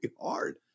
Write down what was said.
hard